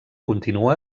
continua